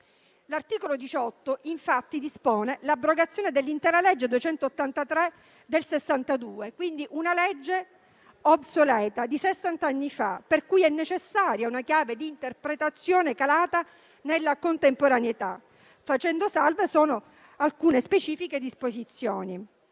L'articolo 18, infatti, dispone l'abrogazione dell'intera legge n. 283 del 30 aprile 1962, quindi una legge di sessant'anni fa, obsoleta, per cui è necessaria una chiave di interpretazione calata nella contemporaneità, facendo salve solo alcune specifiche disposizioni.